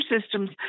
systems